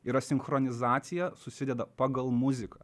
yra sinchronizacija susideda pagal muziką